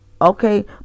Okay